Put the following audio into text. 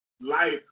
life